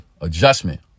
adjustment